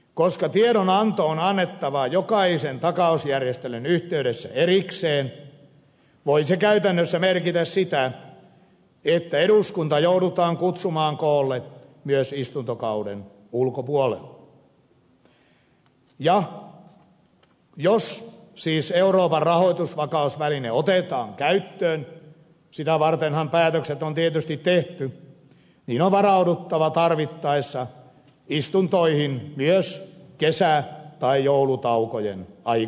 koska tiedonanto on annettava jokaisen takausjärjestelyn yhteydessä erikseen voi se käytännössä merkitä sitä että eduskunta joudutaan kutsumaan koolle myös istuntokauden ulkopuolella ja jos siis euroopan rahoitusvakausväline otetaan käyttöön sitä vartenhan päätökset on tietysti tehty niin on varauduttava tarvittaessa istuntoihin myös kesä tai joulutaukojen aikana